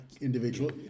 individual